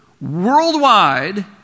worldwide